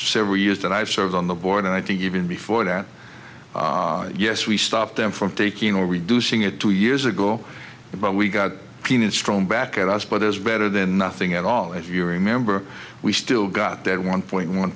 several years that i've served on the board and i think even before that yes we stopped them from taking or reducing it two years ago but we got peanuts thrown back at us but is better than nothing at all if you remember we still got that one point one